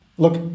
Look